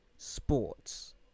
sports